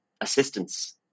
assistance